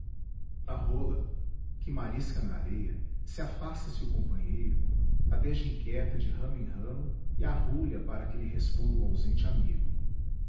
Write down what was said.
a rola que marisca na areia se afasta-se o companheiro adeja inquieta de ramo em ramo e arrulha para que lhe responda o ausente amigo